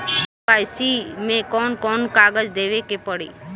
KYC मे कौन कौन कागज देवे के पड़ी?